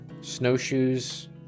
Snowshoes